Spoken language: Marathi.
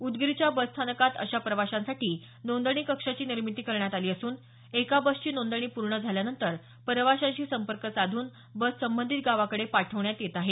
उदगीरच्या बसस्थानकात अशा प्रवाशांसाठी नोंदणी कक्षाची निर्मिती करण्यात आली असून एका बसची नोंदणी पूर्ण झाल्यानंतर प्रवाशांशी संपर्क साधून बस संबंधित गावाकडे पाठवण्यात येत आहे